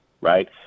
right